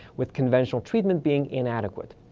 with conventional treatment being inadequate.